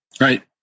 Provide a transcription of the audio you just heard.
Right